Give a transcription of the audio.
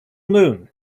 moon